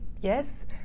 yes